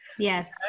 Yes